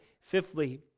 Fifthly